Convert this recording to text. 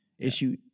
Issue